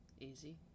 Easy